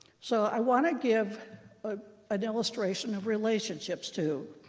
so i want to give ah an illustration of relationships, too,